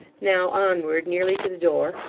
now onward nearly to the door,